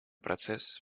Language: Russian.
процесс